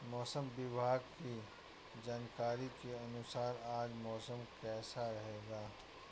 मौसम विभाग की जानकारी के अनुसार आज मौसम कैसा रहेगा?